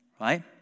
Right